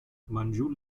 banjul